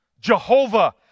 Jehovah